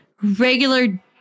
regular